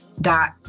Dot